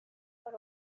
were